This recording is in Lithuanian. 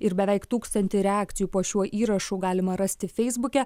ir beveik tūkstantį reakcijų po šiuo įrašu galima rasti feisbuke